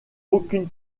aucune